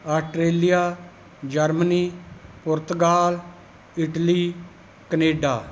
Australia Germany Portugal Italy Canada